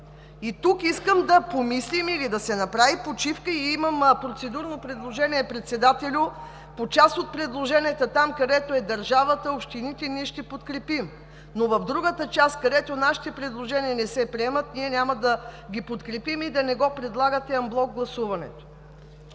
И тук искам да помислим или да се направи почивка – имам процедурно предложение, Председателю, по част от предложенията там, където е държавата, общините, ние ще ги подкрепим, но в другата част, където нашите предложения не се приемат, ние няма да ги подкрепим и да не го предлагате гласуването